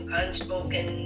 unspoken